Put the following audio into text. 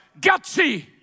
gutsy